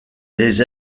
les